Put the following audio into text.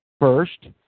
First